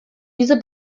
diese